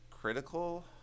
critical